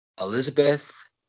Elizabeth